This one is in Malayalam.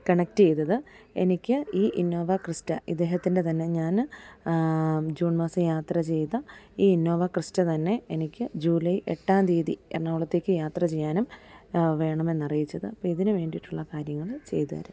കണക്ട് ചെയ്തത് എനിക്ക് ഈ ഇന്നോവ ക്രിസ്റ്റ ഇദ്ദേഹത്തിൻ്റെ തന്നെ ഞാന് ജൂൺ മാസം യാത്ര ചെയ്ത ഈ ഇന്നോവ ക്രിസ്റ്റ തന്നെ എനിക്ക് ജൂലൈ എട്ടാം തീയതി എറണാകുളത്തേക്ക് യാത്ര ചെയ്യാനും വേണമെന്ന് അറിയിച്ചത് അപ്പം ഇതിനുവേണ്ടിട്ടുള്ള കാര്യങ്ങള് ചെയ്ത് തരാം